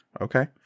Okay